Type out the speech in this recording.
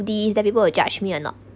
this then people will judge me or not